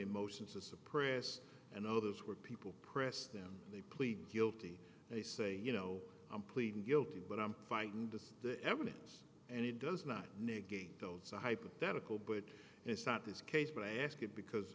in motion to suppress and others where people press them they plead guilty they say you know i'm pleading guilty but i'm fighting to the evidence and it does not negate the it's a hypothetical but it's not this case but i ask it because